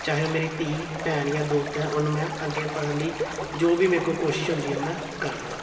ਚਾਹੇ ਉਹ ਮੇਰੀ ਧੀ ਭੈਣ ਜਾਂ ਦੋਸਤ ਹੈ ਉਹਨੂੰ ਮੈਂ ਅੱਗੇ ਪੜਨ ਲਈ ਜੋ ਵੀ ਮੇਰੇ ਕੋਲ ਕੋਸ਼ਿਸ਼ ਹੁੰਦੀ ਹੈ ਉਹ ਮੈਂ ਕਰਦਾ ਹਾਂ